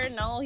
no